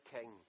king